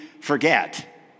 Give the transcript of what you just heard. forget